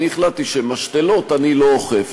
אני החלטתי שבמשתלות אני לא אוכף.